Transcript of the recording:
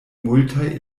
multaj